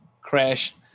crash